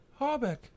Harbeck